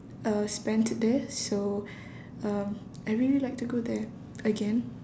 uh spent there so um I'd really like to go there again